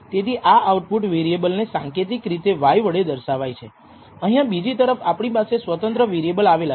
તેથી આપણે એમ માની રહ્યા છીએ કે જુદા જુદા નમૂનાઓમાં એરર પણ એકસરખી ભિન્નતા ધરાવે છે